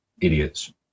idiots